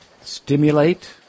stimulate